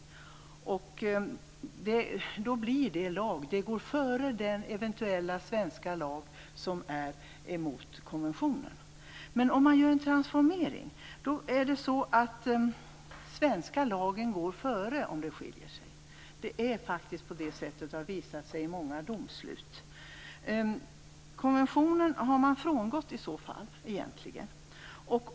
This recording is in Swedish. Konventionen blir lag, och går före den eventuella svenska lag som är emot konventionen. Men om man gör en transformering går den svenska lagen före konventionen om de skiljer sig. Det är faktiskt på det sättet, och det har visat sig i många domslut. Man har egentligen frångått konventionen i sådana fall.